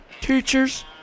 teachers